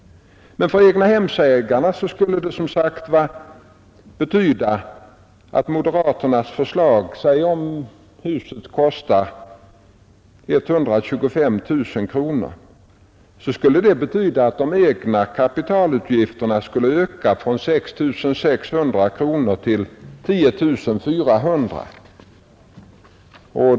Vad skulle moderaternas förslag betyda för egnahemsägarna? Om huset kostar 125 000 kronor skulle det betyda att de egna kapitalutgifterna skulle öka från 6 600 kronor till 10 400.